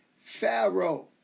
Pharaoh